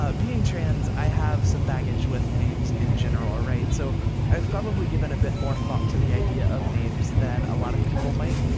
ah being trans, i have some baggage with names in general. so i've probably given a bit more thought to the idea of names than a lot of people might.